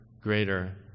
greater